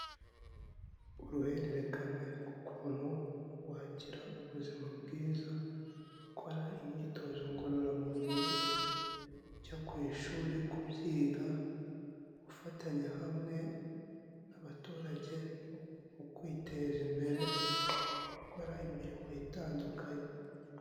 Uruhererekane rw'ukuntu wagira ubuzima bwiza ukora imyitozo ngororamubiri, ujya ku ishuri kubyiga, gufatanya hamwe n'abaturage mu kwiteza imbere, gukora imirimo itandukanye.